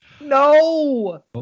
No